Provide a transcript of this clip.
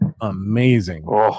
amazing